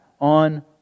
on